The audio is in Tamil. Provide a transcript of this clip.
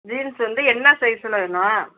ஜீன்ஸ் வந்து என்ன சைஸில் வேணும்